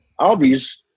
Albies